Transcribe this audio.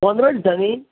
पंदरा दिसांनी